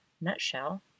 nutshell